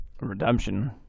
redemption